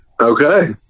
okay